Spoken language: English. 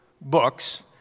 books